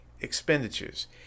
expenditures